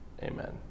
Amen